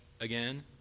again